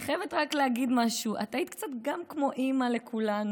אני חייבת רק להגיד משהו: את היית קצת גם כמו אימא לכולנו.